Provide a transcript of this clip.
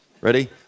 ready